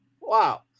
Wow